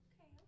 okay